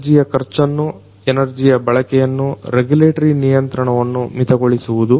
ಎನರ್ಜಿಯ ಖರ್ಚನ್ನು ಎನರ್ಜಿಯ ಬಳಕೆಯನ್ನು ರೆಗ್ಯುಲೆಟರಿ ನಿಯಂತ್ರಣವನ್ನು ಮಿತಗೊಳಿಸುವುದು